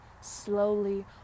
slowly